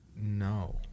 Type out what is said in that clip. No